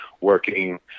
working